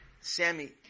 Sammy